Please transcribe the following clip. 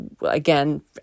again